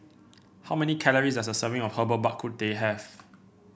how many calories does a serving of Herbal Bak Ku Teh have